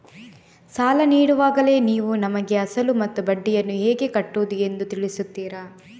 ಸಾಲ ನೀಡುವಾಗಲೇ ನೀವು ನಮಗೆ ಅಸಲು ಮತ್ತು ಬಡ್ಡಿಯನ್ನು ಹೇಗೆ ಕಟ್ಟುವುದು ಎಂದು ತಿಳಿಸುತ್ತೀರಾ?